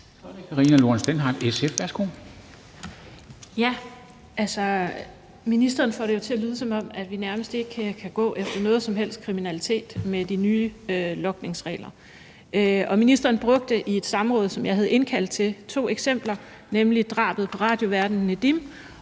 Ministeren får det jo til at lyde, som om vi nærmest ikke kan gå efter nogen som helst kriminalitet med de nye logningsregler, og ministeren brugte i et samråd, som jeg havde indkaldt til, drabet på radioværten Nedim